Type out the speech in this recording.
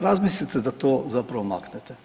Razmislite da to zapravo maknete.